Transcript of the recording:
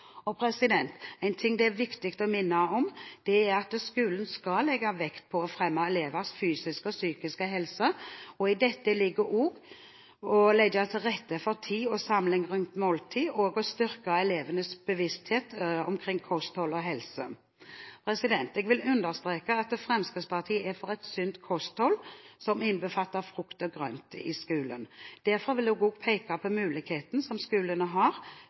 av lærere. En ting det er viktig å minne om, er at skolen skal legge vekt på å fremme elevers fysiske og psykiske helse, og i dette ligger det også å legge til rette for tid og samling rundt måltider og å styrke elevenes bevissthet omkring kosthold og helse. Jeg vil understreke at Fremskrittspartiet er for et sunt kosthold, som innbefatter frukt og grønt i skolen, og derfor vil jeg også peke på muligheten som skolene har